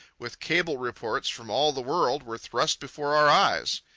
with cable reports from all the world, were thrust before our eyes.